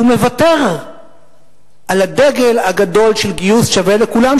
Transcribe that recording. ומוותר על הדגל הגדול של גיוס שווה לכולם,